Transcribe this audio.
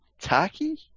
Tacky